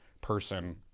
person